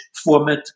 Format